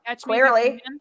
clearly